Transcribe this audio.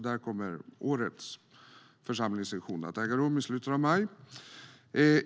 Där kommer årets församlingssession att äga rum i slutet av maj.